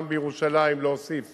גם בירושלים להוסיף